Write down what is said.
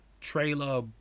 trailer